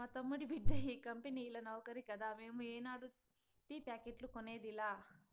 మా తమ్ముడి బిడ్డ ఈ కంపెనీల నౌకరి కదా మేము ఏనాడు టీ ప్యాకెట్లు కొనేదిలా